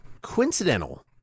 coincidental